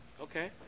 Okay